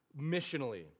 missionally